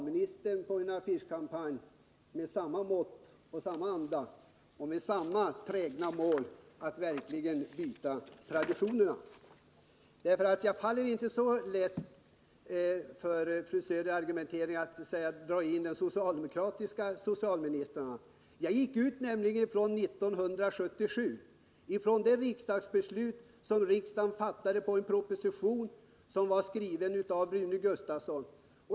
den nuvarande, i en affischkampanj med samma motto och samma anda och med samma trägna mål att verkligen bryta traditionerna. Jag faller inte så lätt för fru Söders argumentering för att dra in de socialdemokratiska socialministrarna. Jag utgick nämligen från 1977, från det riksdagsbeslut som fattades på grundval av en proposition skriven av Rune Gustavsson.